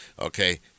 Okay